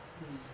mm